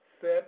Set